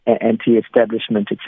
anti-establishment